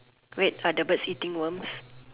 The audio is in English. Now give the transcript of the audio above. wait are the birds sitting worms